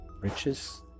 riches